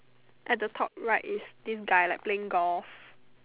at the top right is this guy like playing golf